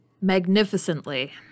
magnificently